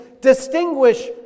distinguish